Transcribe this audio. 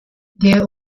der